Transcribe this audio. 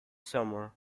summer